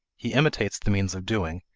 he imitates the means of doing,